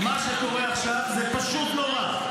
מה שקורה עכשיו זה פשוט נורא.